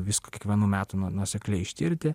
visko kiekvienų metų nu nuosekliai ištirti